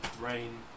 rain